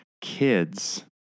Kids